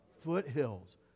foothills